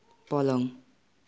पलङ